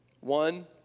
One